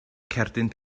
cerdyn